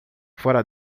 fora